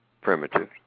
primitive